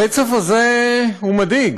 הרצף הזה הוא מדאיג,